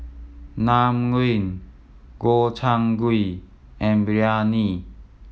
Naengmyeon Gobchang Gui and Biryani